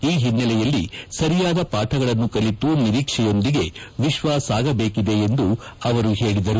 ಈ ಹಿನ್ನೆಲೆಯಲ್ಲಿ ಸರಿಯಾದ ಪಾಠಗಳನ್ನು ಕಲಿತು ನಿರೀಕ್ಷೆಯೊಂದಿಗೆ ವಿಶ್ವ ಸಾಗಬೇಕಾಗಿದೆ ಎಂದು ಅವರು ಹೇಳಿದರು